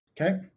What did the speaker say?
Okay